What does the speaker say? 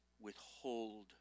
withhold